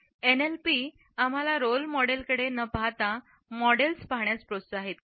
NLP आम्हाला role मॉडेलकडे न पाहता मॉडेल्स पाहण्यास प्रोत्साहित करते